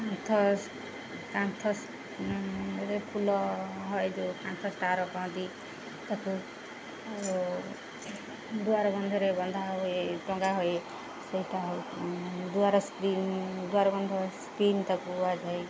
କାନ୍ଥ କାନ୍ଥରେ ଫୁଲ ହୁଏ ଯୋଉ କାନ୍ଥ କୁହନ୍ତି ତାକୁ ଦୁଆର ବନ୍ଧରେ ବନ୍ଧା ହୁଏ ଟଙ୍ଗା ହୁଏ ସେଇଟା ଦୁଆର ସ୍କ୍ରିନ୍ ଦୁଆର ବନ୍ଧ ସ୍କ୍ରିନ୍ ତାକୁ କୁଆଯାଏ